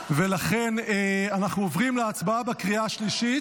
קיבלנו, ולכן אנחנו עוברים להצבעה בקריאה השלישית.